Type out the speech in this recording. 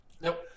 Nope